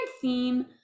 theme